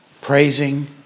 Praising